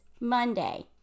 Monday